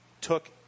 took